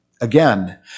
Again